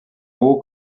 haut